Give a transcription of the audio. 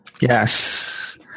Yes